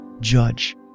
judge